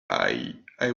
i—i